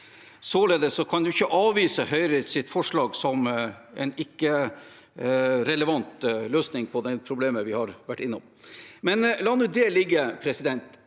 Således kan en ikke avvise Høyres forslag som en ikke relevant løsning på det problemet vi har vært innom. Men la nå det ligge. Det